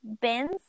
bins